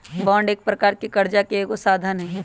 bond एक प्रकार से करजा के एगो साधन हइ